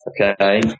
Okay